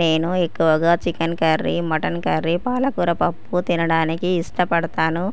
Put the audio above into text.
నేను ఎక్కువగా chicken curry mutton curry పాలకూర పప్పు తినడానికి ఇష్టపడతాను